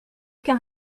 qu’un